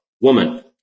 woman